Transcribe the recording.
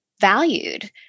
valued